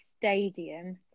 Stadium